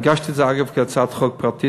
הגשתי את זה, אגב, כהצעת חוק פרטית.